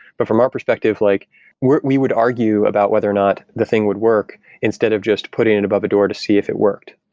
but from our perspective, like we would argue about whether or not the thing would work instead of just putting it above a door to see if it worked.